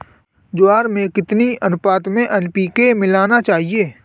ज्वार में कितनी अनुपात में एन.पी.के मिलाना चाहिए?